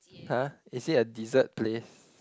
[huh] is it a dessert place